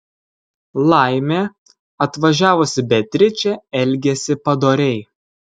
laimė atvažiavusi beatričė elgėsi padoriai